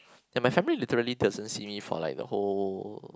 and my family literally doesn't see me for like the whole